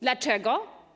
Dlaczego?